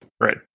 Right